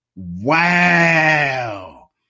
Wow